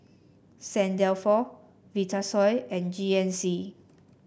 Saint Dalfour Vitasoy and G N C